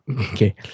Okay